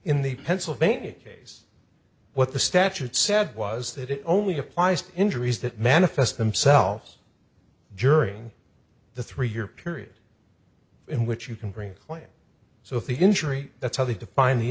in the pennsylvania case what the statute said was that it only applies to injuries that manifest themselves during the three year period in which you can bring a claim so if the injury that's how they define the